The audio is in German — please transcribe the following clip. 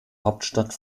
hauptstadt